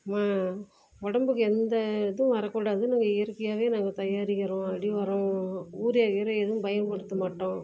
உடம்புக்கு எந்த இதுவும் வரக்கூடாதுன்னு இயற்கையாகவே நாங்கள் தயாரிக்கிறோம் அடி ஒரம் யூரியா கீரியா எதுவும் பயன்படுத்த மாட்டோம்